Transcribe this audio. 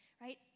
Right